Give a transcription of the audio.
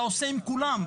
אתה עושה עם כולם,